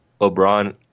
LeBron